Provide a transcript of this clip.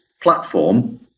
Platform